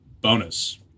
bonus